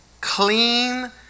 clean